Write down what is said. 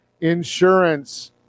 insurance